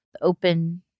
open